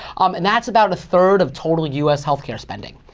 and that's about a third of total us health care spending.